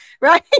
right